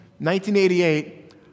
1988